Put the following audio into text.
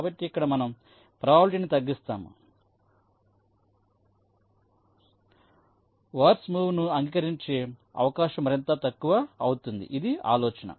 కాబట్టి ఇక్కడ మనం ప్రాబబిలిటీనీ తగ్గిస్తాము వర్స్ మూవ్ను అంగీకరించే అవకాశం మరింత తక్కువ అవుతుంది ఇది ఆలోచన